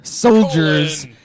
Soldiers